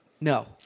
No